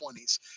20s